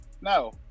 No